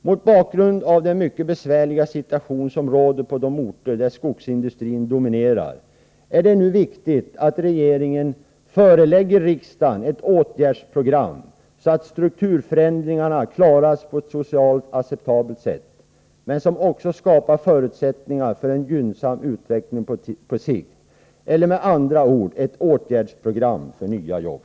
Mot bakgrund av den mycket besvärliga situation som råder på de orter där skogsindustrin dominerar är det viktigt att regeringen förelägger riksdagen ett åtgärdsprogram så att strukturförändringarna klaras på ett socialt acceptabelt sätt men också så att förutsättningar skapas för en gynnsam utveckling på sikt — med andra ord ett åtgärdsprogram för nya jobb.